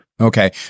Okay